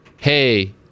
hey